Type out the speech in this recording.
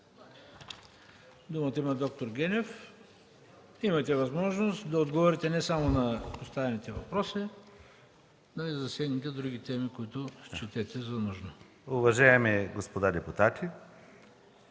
Думата има д-р Генев. Имате възможност да отговорите не само на поставените въпроси, но и да засегнете други теми, които счетете за нужно. ДИНЧО ГЕНЕВ: Уважаеми господа депутати!